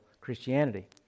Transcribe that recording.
Christianity